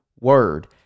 Word